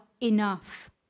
enough